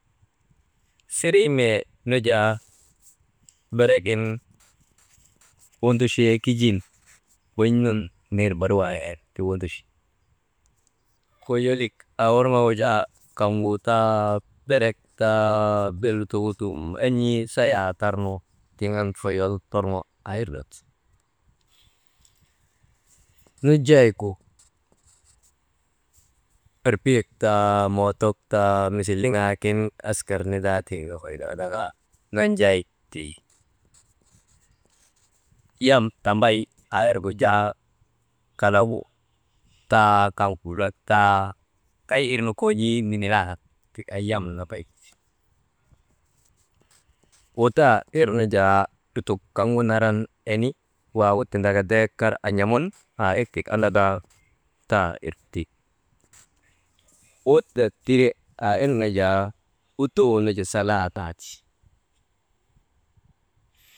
Seriimee nu jaa beregin wondochee kijin bon̰ nun ner barik waagin ti wondochi, koyolik aa worŋogu jaa kaŋgu taa berek taa, bee lutogu dum en̰ii sayaa tarnu tiŋ an foyol torŋo aa irnu ti, nujeyegu erbiyek taa motok taa misil liŋaagin askar nindaa tiŋ nokoy nu andaka nanjaya teyi yam tambay aa irgu jaa kalagu taa kaŋ kulak taa kay irnu kon̰ii ninilandak tik an yam nambay gu ti, wudaa irnu jaa lutok kaŋgu naran eni waagu tindika dek kar an̰amun aa ir tik andaka, wudaa irgu ti, wuda tire aa irnu jaa wuduu nu jaa salaa naa ti.